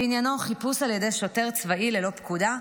שעניינו חיפוש על ידי שוטר צבאי ללא פקודה,